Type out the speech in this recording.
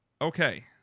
okay